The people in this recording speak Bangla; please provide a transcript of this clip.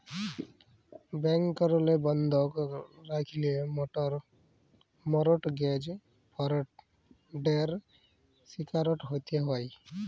ব্যাংকেরলে বন্ধক রাখল্যে মরটগেজ ফরডের শিকারট হ্যতে হ্যয়